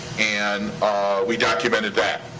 and we documented that.